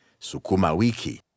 Sukumawiki